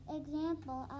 example